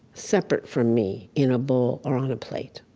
separate from me in a bowl or on a plate.